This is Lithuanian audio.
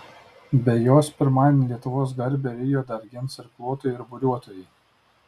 be jos pirmadienį lietuvos garbę rio dar gins irkluotojai ir buriuotojai